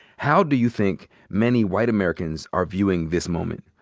how do you think many white americans are viewing this moment?